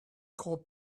call